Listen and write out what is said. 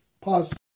pause